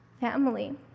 family